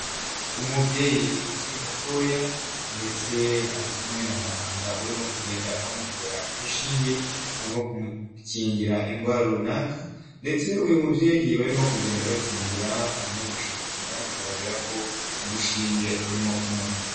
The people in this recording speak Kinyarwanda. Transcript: Umubyeyi ukiri mutoya ndetse ari kumwe na muganga urimo kugenda amutera urushinge, arimo kumukingira indwara runaka ndetse uyu mubyeyi barimo kugenda bakingira arimo gushinyiriza bigaragara ko urushinge rurimo kumurya.